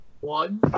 one